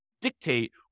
Dictate